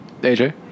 AJ